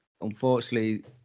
unfortunately